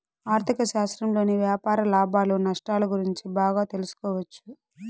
ఆర్ధిక శాస్త్రంలోని వ్యాపార లాభాలు నష్టాలు గురించి బాగా తెలుసుకోవచ్చు